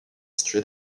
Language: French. situé